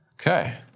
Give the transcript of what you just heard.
Okay